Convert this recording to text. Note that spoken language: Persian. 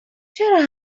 چرا